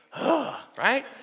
right